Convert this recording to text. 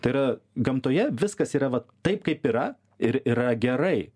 tai yra gamtoje viskas yra vat taip kaip yra ir yra gerai